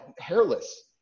hairless